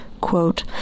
Quote